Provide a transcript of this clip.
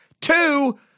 Two